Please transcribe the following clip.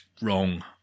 wrong